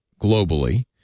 globally